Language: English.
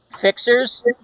Fixers